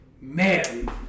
man